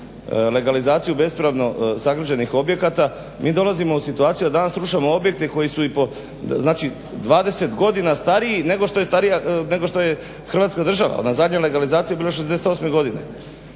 legalizaciju bespravno sagrađenih objekata, mi dolazimo u situaciju da danas rušimo objekte koji su i po znači 20 godina stariji nego što je starija Hrvatska država. A zadnja legalizacija je bila '68. godine.